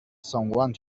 someone